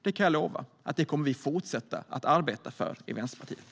Det kan jag lova att vi kommer att fortsätta arbeta för i Vänsterpartiet.